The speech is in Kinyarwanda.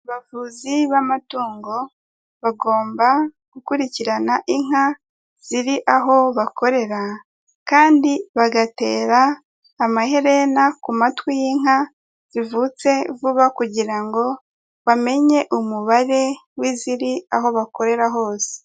Abavuzi b'amatungo bagomba gukurikirana inka, ziri aho bakorera kandi bagatera amaherena ku matwi y'inka zivutse vuba kugira ngo bamenye umubare w'iziri aho bakorera hose.